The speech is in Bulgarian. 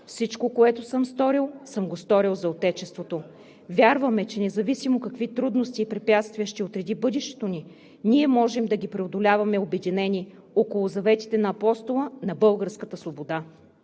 „Всичко, което съм сторил, съм го сторил за Отечеството.“ Вярваме, че независимо какви трудности и препятствия ще отреди бъдещето ни, ние можем да ги преодоляваме обединени около заветите на Апостола на българската свобода.